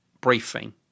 briefing